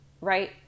right